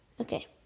Okay